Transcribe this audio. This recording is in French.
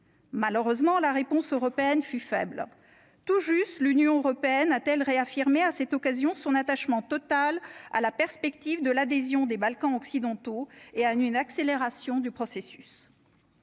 malheureusement la réponse européenne fut faible tout juste l'Union européenne, a-t-elle réaffirmé à cette occasion son attachement total à la perspective de l'adhésion des Balkans occidentaux et un une accélération du processus.